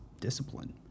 discipline